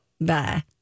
Bye